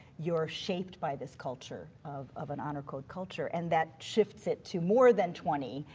you're shaped by this culture, of of an honor code culture. and that shifts it to more than twenty,